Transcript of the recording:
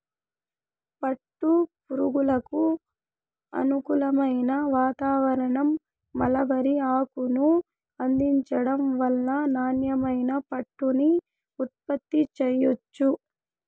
పట్టు పురుగులకు అనుకూలమైన వాతావారణం, మల్బరీ ఆకును అందించటం వల్ల నాణ్యమైన పట్టుని ఉత్పత్తి చెయ్యొచ్చు